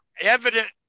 evident